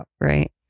Right